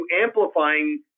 amplifying